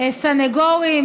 סניגורים,